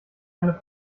eine